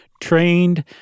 trained